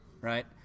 right